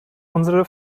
unsere